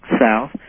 south